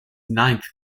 ninth